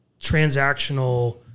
transactional